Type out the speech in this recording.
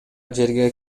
жерге